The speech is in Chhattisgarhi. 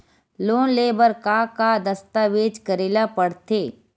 लोन ले बर का का दस्तावेज करेला पड़थे?